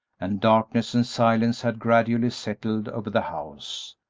and darkness and silence had gradually settled over the house.